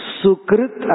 sukrit